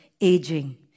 aging